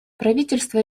правительство